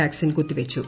vaccine കുത്തിവച്ചു